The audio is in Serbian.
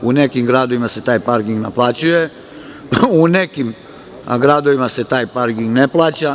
U nekim gradovima se taj parking naplaćuje, u nekim gradovima se taj parking ne plaća.